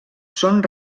són